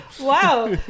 Wow